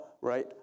right